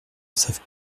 savent